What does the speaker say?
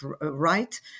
right